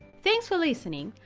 thanks for listening!